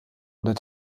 oder